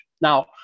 Now